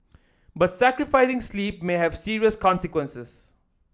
but sacrificing sleep may have serious consequences